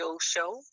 show